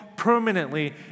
Permanently